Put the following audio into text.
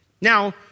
Now